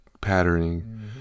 patterning